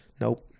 nope